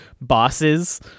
bosses